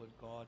God